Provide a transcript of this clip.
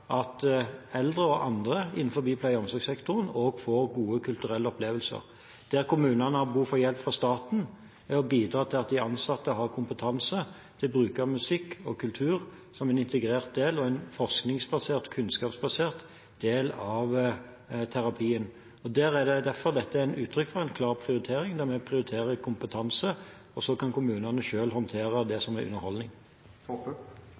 at eldre og andre innenfor pleie- og omsorgssektoren også får gode kulturelle opplevelser. Kommunene har behov for hjelp fra staten for å bidra til at de ansatte har kompetanse til å bruke musikk og kultur som en integrert, forskningsbasert og kunnskapsbasert del av terapien. Derfor er dette et uttrykk for en klar prioritering, der vi prioriterer kompetanse, og så kan kommunene selv håndtere det